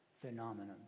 phenomenon